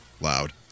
loud